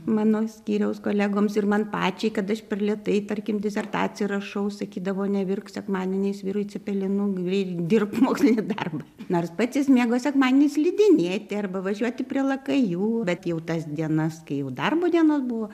mano skyriaus kolegoms ir man pačiai kad aš per lėtai tarkim disertacijoją rašau sakydavo nevirk sekmadieniais vyrui cepelinų eik dirbk mokslinį darbą nors pats mėgo sekmadienį slidinėti arba važiuoti prie lakajų bet jau tas dienas kai jau darbo dienos buvo